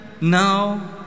now